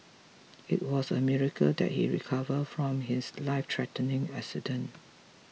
it was a miracle that he recover from his life threatening accident